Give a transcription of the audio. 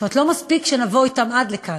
זאת אומרת, לא מספיק שנבוא אתם עד כאן.